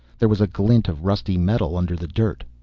there was a glint of rusty metal under the dirt.